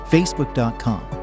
Facebook.com